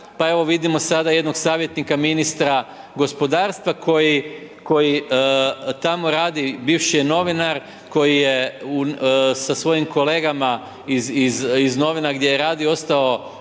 evo vidimo sada jednog savjetnika ministra gospodarstva koji tamo radi, bivši je novinar koji je sa svojim kolegama iz novina gdje je radio ostao